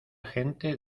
gente